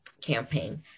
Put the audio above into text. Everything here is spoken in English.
campaign